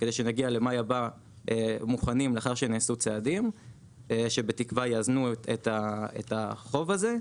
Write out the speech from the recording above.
כדי שנגיע למאי הבא מוכנים לאחר שנעשו צעדים שבתקווה יאזנו את החוב הזה,